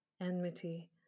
enmity